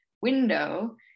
window